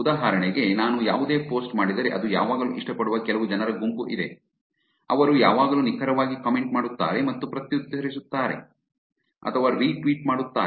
ಉದಾಹರಣೆಗೆ ನಾನು ಯಾವುದೇ ಪೋಸ್ಟ್ ಮಾಡಿದರೆ ಅದು ಯಾವಾಗಲೂ ಇಷ್ಟಪಡುವ ಕೆಲವು ಜನರ ಗುಂಪು ಇದೆ ಅವರು ಯಾವಾಗಲೂ ನಿಖರವಾಗಿ ಕಾಮೆಂಟ್ ಮಾಡುತ್ತಾರೆ ಅಥವಾ ಪ್ರತ್ಯುತ್ತರಿಸುತ್ತಾರೆ ಅಥವಾ ರಿಟ್ವೀಟ್ ಮಾಡುತ್ತಾರೆ